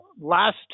last